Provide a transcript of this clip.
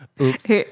Oops